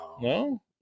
no